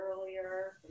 earlier